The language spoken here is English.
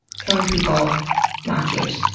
killing people not cute.